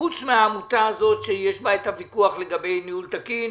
חוץ מהעמותה הזאת שיש עליה את הוויכוח לגבי ניהול תקין,